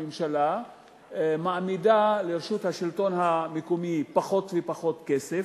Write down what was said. הממשלה מעמידה לרשות השלטון המקומי פחות ופחות כסף,